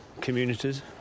communities